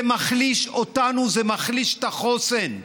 זה מחליש אותנו, זה מחליש את החוסן,